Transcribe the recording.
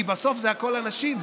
כי בסוף זה הכול אנשים,